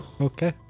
Okay